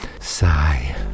Sigh